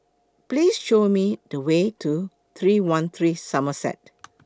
Please Show Me The Way to three one three Somerset